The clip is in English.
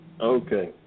Okay